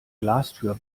glastür